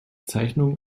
zeichnung